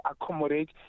accommodate